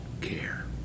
care